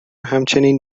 همچنین